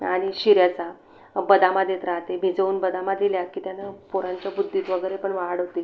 आणि शिऱ्याचा बदाम देत राहते भिजवून बदाम दिल्या की त्यानं पोरांच्या बुद्धीत वगैरेपण वाढ होते